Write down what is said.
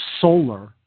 solar